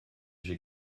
j’ai